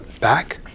back